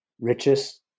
richest